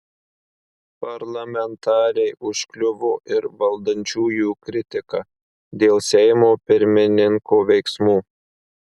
parlamentarei užkliuvo ir valdančiųjų kritika dėl seimo pirmininko veiksmų